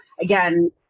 again